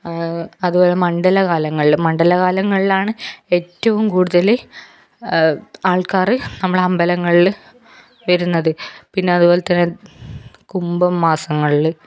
അതുപോലെ മണ്ഡല കാലങ്ങളിൽ മണ്ഡലകാലങ്ങളിലാണ് ഏറ്റവും കൂടുതൽ ആൾക്കാർ നമ്മളെ അമ്പലങ്ങളിൽ വരുന്നത് പിന്നെ അതുപോലെതന്നെ കുംഭ മാസങ്ങളിൽ